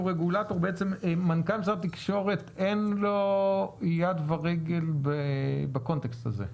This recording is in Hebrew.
הרגולטור ולמנכ"ל משרד התקשורת אין יד ורגל בקונטקסט הזה.